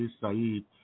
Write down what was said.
Saeed